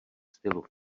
stylu